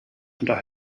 unter